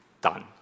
done